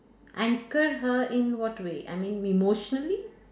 anchor her in what way I mean emotionally